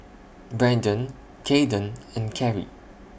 Brendan Kaeden and Carry